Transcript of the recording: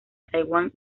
taiwán